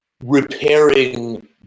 repairing